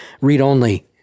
read-only